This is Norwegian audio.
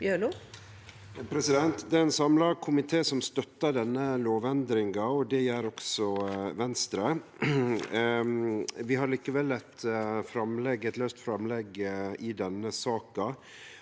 Det er ein samla komité som støttar denne lovendringa, og det gjer også Venstre. Vi har likevel eit framlegg i denne saka,